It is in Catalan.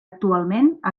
actualment